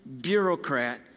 bureaucrat